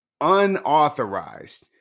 unauthorized